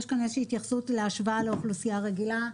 יש כאן איזה שהיא התייחסות להשוואה לאוכלוסייה הרגילה.